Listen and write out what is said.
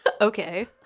Okay